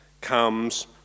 comes